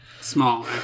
Small